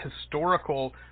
historical